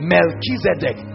Melchizedek